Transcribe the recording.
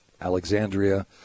Alexandria